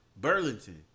Burlington